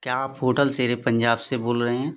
क्या आप होटल शेरे पंजाब से बोल रहे हैं